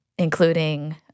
including